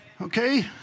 Okay